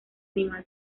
animal